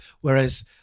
Whereas